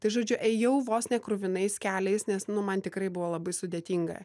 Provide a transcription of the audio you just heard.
tai žodžiu ėjau vos ne kruvinais keliais nes nu man tikrai buvo labai sudėtinga